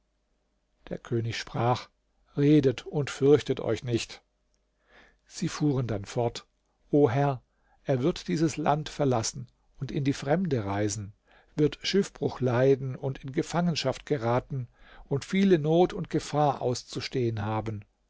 der könig sprach redet und fürchtet euch nicht sie fuhren dann fort o herr er wird dieses land verlassen und in die fremde reisen wird schiffbruch leiden und in gefangenschaft geraten und viele not und gefahr auszustehen haben